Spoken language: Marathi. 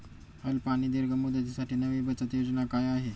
अल्प आणि दीर्घ मुदतीसाठी नवी बचत योजना काय आहे?